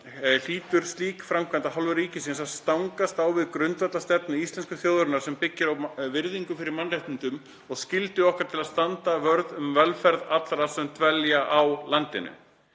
hlýtur slík framkvæmd af hálfu ríkisins að stangast á við grundvallarstefnu íslensku þjóðarinnar sem byggir á virðingu fyrir mannréttindum og skyldu okkar til að standa vörð um velferð allra sem dvelja á landinu.